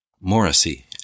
Morrissey